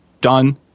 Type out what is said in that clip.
done